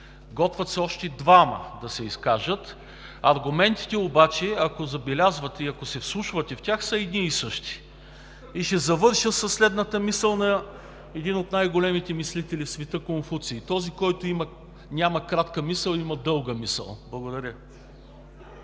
готвят се още двама да се изкажат – аргументите обаче, ако забелязвате и ако се вслушате в тях, са едни и същи. Ще завърша с мисъл на един от най-големите мислители в света Конфуций: този, който няма кратка мисъл, има дълга мисъл. Благодаря.